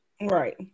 Right